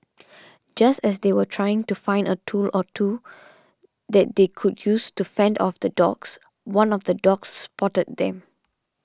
just as they were trying to find a tool or two that they could use to fend off the dogs one of the dogs spotted them